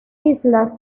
islas